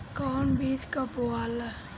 कौन बीज कब बोआला?